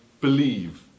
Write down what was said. believe